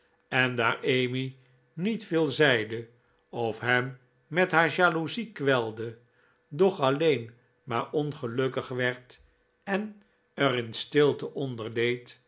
en daar emmy niet veel zeide of hem met haar jaloezie kwelde doch alleen maar ongelukkig werd en er in stilte